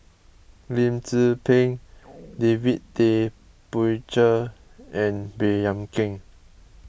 Lim Tze Peng David Tay Poey Cher and Baey Yam Keng